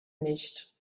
nicht